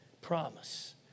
Promise